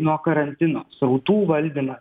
nuo karantino srautų valdymas